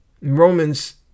Romans